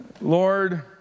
Lord